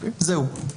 זהו.